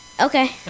Okay